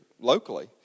locally